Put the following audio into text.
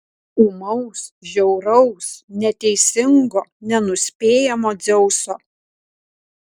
ūmaus žiauraus neteisingo nenuspėjamo dzeuso